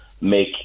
make